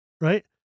right